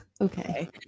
Okay